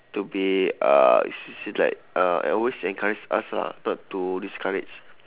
to be uh s~ she like uh always encourage us lah not to discourage